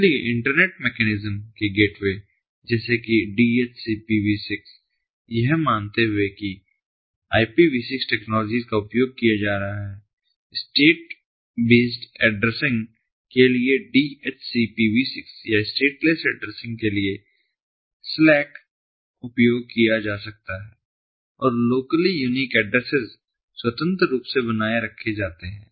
इसलिए internet mechanism के gateway जैसे कि DHCPV6 यह मानते हुए कि IPV6 टेक्नोलॉजी का उपयोग किया जा रहा है स्टेट बेस्ड ऐड्रेसिंग के लिए DHCPV6 या स्टेटलेस एड्रेसिंग के लिए SLAAC का उपयोग किया जा सकता है और लोकली यूनीक एड्रेस्सेस स्वतंत्र रूप से बनाए रखे जाते हैं